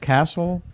Castle